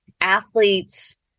athletes